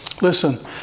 Listen